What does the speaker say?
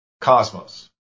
Cosmos